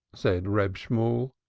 said reb shemuel.